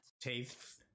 Tastes